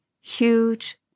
huge